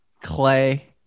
Clay